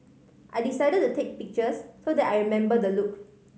I decided to take pictures so that I remember the look